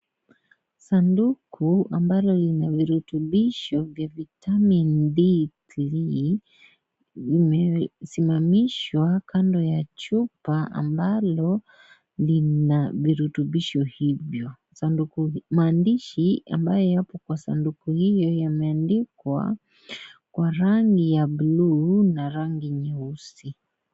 Sanduku ambalo lina virutubisho la vitamin D3 zimesimamishwa kando ya chupa ambala lina virutubisho hivyo maandishi ambalo liko katika limeandikwa kwa rangi ya buluu na nyeusi.